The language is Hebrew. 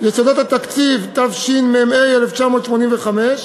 יסודות התקציב, התשמ"ה 1985,